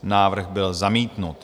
Návrh byl zamítnut.